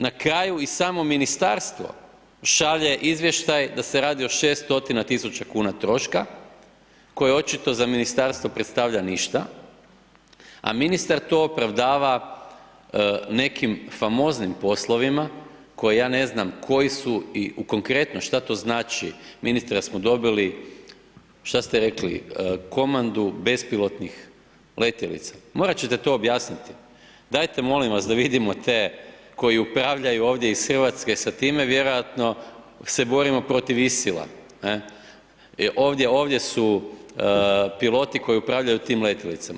Na kraju i samo ministarstvo šalje izvještaj da se radi o 600 000 kuna troška koje očito za ministarstvo predstavlja ništa, a ministar to opravdava nekim famoznim poslovima koje ja ne znam koji su i u konkretno, šta to znači, ministra smo dobili, šta ste rekli, komandu bespilotnih letjelica, morat ćete to objasniti, dajte molim vas da vidimo te koji upravljaju ovdje iz RH sa time, vjerojatno se borimo protiv ISIL-a jer ovdje su piloti koji upravljaju tim letjelicama.